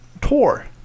tour